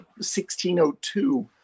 1602